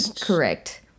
correct